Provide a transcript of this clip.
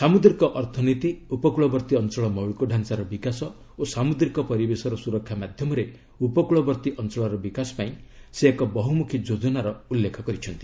ସାମୁଦ୍ରିକ ଅର୍ଥନୀତି ଉପକୂଳବର୍ତ୍ତୀ ଅଞ୍ଚଳ ମୌଳିକଢାଞ୍ଚାର ବିକାଶ ଓ ସାମୁଦ୍ରିକ ପରିବେଷର ସୁରକ୍ଷା ମାଧ୍ୟମରେ ଉପକୂଳବର୍ତ୍ତୀ ଅଞ୍ଚଳର ବିକାଶ ପାଇଁ ସେ ଏକ ବହୁମୁଖୀ ଯୋଜନାର ଉଲ୍ଲେଖ କରିଛନ୍ତି